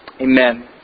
Amen